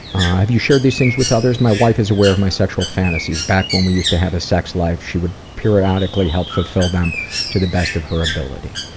have you shared these things with others? my wife is aware of my sexual fantasies. back when we used to have a sex life, she would periodically help fulfill them to the best of her ability.